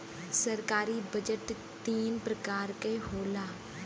सरकारी बजट तीन परकार के होला